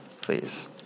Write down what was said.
please